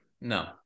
no